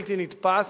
בלתי נתפס,